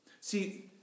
See